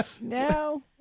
No